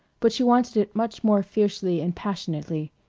but she wanted it much more fiercely and passionately.